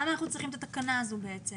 למה אנחנו צריכים את התקנה הזאת?